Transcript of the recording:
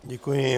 Děkuji.